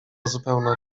zupełna